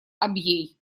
абьей